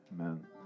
amen